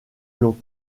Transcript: l’ont